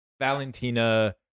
Valentina